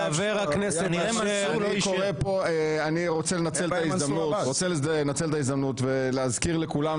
אני רוצה לנצל את ההזדמנות ולהזכיר לנו,